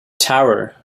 tower